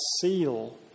seal